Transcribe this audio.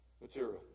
material